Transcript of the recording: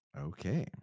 Okay